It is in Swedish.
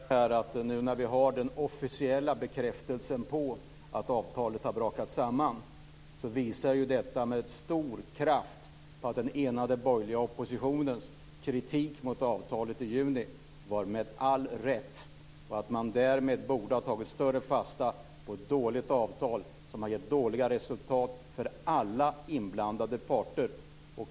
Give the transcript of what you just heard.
Fru talman! Jag vill bara säga till Eva Flyborg att nu när vi har den officiella bekräftelsen på att avtalet har brakat samman visar detta med stor kraft att den enade borgerliga oppositionens kritik av avtalet i juni var helt riktig och att man borde ha tagit mer fasta på den. Detta var ett dåligt avtal som har givit dåliga resultat för alla inblandade parter.